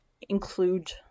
include